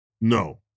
No